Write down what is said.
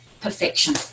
perfection